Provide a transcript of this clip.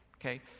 Okay